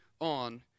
on